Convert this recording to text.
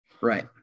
Right